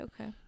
Okay